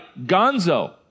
gonzo